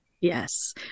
Yes